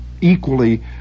equally